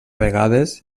vegades